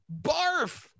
barf